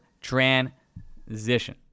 Transition